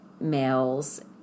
males